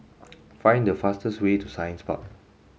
find the fastest way to Science Park